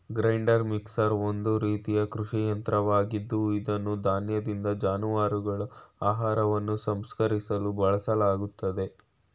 grinder mixer ಒಂದು ರೀತಿಯ ಕೃಷಿ ಯಂತ್ರವಾಗಿದ್ದು ಇದನ್ನು ಧಾನ್ಯದಿಂದ ಜಾನುವಾರುಗಳ ಆಹಾರವನ್ನು ಸಂಸ್ಕರಿಸಲು ಬಳಸಲಾಗ್ತದೆ